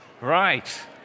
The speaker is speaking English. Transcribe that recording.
Right